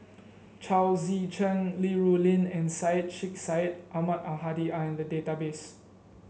Chao Tzee Cheng Li Rulin and Syed Sheikh Syed Ahmad Al Hadi are in the database